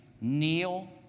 kneel